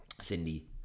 Cindy